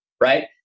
Right